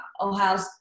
Ohio